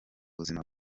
buzima